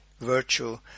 virtue